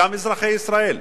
גם אזרחי ישראל.